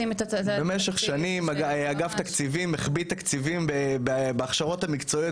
במשך שנים אגף התקציבים החביא תקציבים בהכשרות המקצועיות